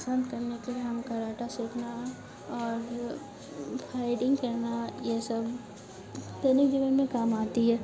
शांत करने के लिए हम कर्राटा सीखना और फाइटिंग करना ये सब दैनिक जीवन में काम आती है